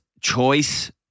choice